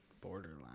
borderline